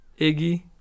Iggy